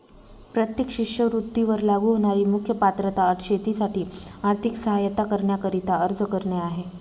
प्रत्येक शिष्यवृत्ती वर लागू होणारी मुख्य पात्रता अट शेतीसाठी आर्थिक सहाय्यता करण्याकरिता अर्ज करणे आहे